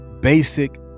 Basic